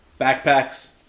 backpacks